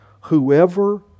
Whoever